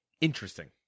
Interesting